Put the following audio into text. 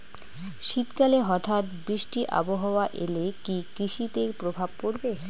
শীত কালে হঠাৎ বৃষ্টি আবহাওয়া এলে কি কৃষি তে প্রভাব পড়বে?